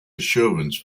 assurance